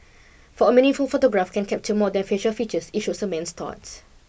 for a meaningful photograph can capture more than facial features it shows a man's thoughts